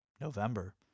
November